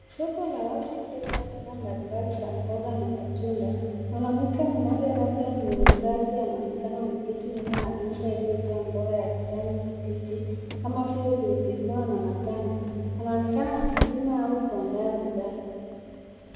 Soko la wazi lililojaa bidhaa mbalimbali za mboga na matunda. Mwanamke mmoja labda ni muuzaji anaonekana ameketi nyuma ya meza iliyojaa mboga ya kijani kibichi kama vile pilipili hoho na matango. Anaonekana akipima au kuandaa bidhaa.